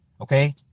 Okay